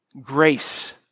grace